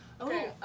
Okay